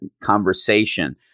conversation